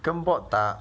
跟 bot 打